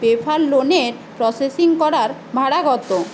prefer লোণের processing করার ভাড়া কত